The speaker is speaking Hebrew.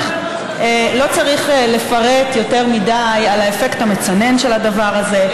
לא צריך לפרט יותר מדי על האפקט המצנן של הדבר הזה,